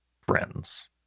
friends